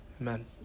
Amen